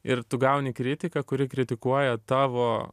ir tu gauni kritiką kuri kritikuoja tavo